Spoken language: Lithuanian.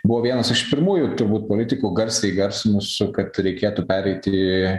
buvo vienas iš pirmųjų turbūt politikų garsiai įgarsinusių kad reikėtų pereiti